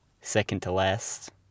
second-to-last